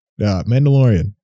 Mandalorian